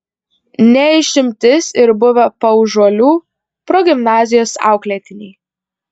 ne išimtis ir buvę paužuolių progimnazijos auklėtiniai